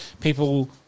people